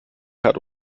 hat